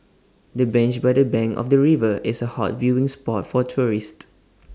the bench by the bank of the river is A hot viewing spot for tourists